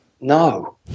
No